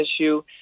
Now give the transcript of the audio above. issue